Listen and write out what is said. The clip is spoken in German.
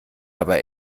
aber